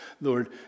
Lord